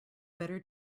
better